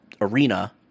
arena